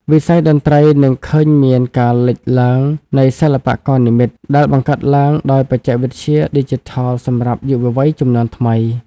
វិស័យតន្ត្រីនឹងឃើញមានការលេចឡើងនៃសិល្បករនិម្មិត ដែលបង្កើតឡើងដោយបច្ចេកវិទ្យាឌីជីថលសម្រាប់យុវវ័យជំនាន់ថ្មី។